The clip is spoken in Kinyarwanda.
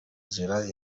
nzira